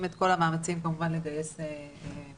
את כל המאמצים כמובן כדי לגייס מחליף.